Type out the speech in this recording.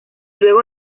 luego